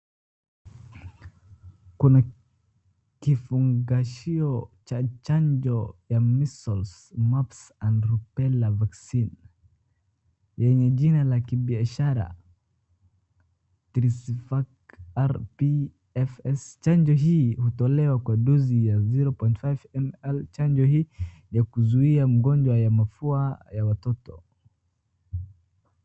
Kuna kifungashio cha chanjo ya measles, mumps and rubella vaccine , yenye jina la kibiashara tresivac pfs chanjo hii hutolewa kwa dosi ya zero point five ml chanjo hii ya kuzuia magonjwa ya mafua ya watoto.